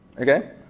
Okay